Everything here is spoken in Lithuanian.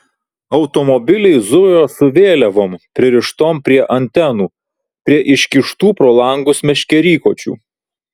automobiliai zujo su vėliavom pririštom prie antenų prie iškištų pro langus meškerykočių